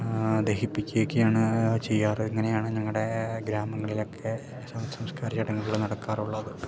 ദഹിപ്പിക്കുകയൊക്കെയാണ് ചെയ്യാറ് ഇങ്ങനെയാണ് ഞങ്ങളുടെ ഗ്രാമങ്ങളിലൊക്കെ ശവ സംസ്കാര ചടങ്ങുകൾ നടക്കാറുള്ളത്